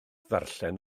ddarllen